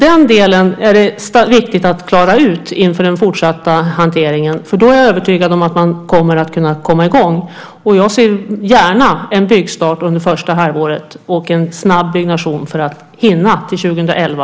Den delen är det viktigt att klara ut inför den fortsatta hanteringen. Då är jag övertygad om att man kan komma i gång. Jag ser gärna en byggstart under första halvåret och en snabb byggnation för att hinna till 2011.